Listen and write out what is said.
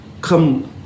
come